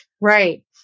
Right